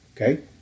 Okay